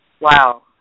Wow